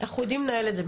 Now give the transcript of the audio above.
אנחנו יודעים לנהל את זה.